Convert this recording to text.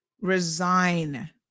resign